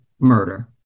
murder